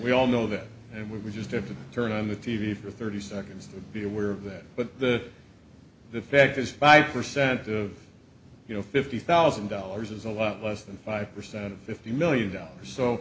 we all know that and we just have to turn on the t v for thirty seconds to be aware of that but the the fact is five percent you know fifty thousand dollars is a lot less than five percent fifty million dollars so